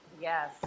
yes